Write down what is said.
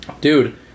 Dude